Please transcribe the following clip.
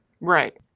Right